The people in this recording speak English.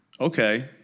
Okay